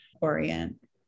orient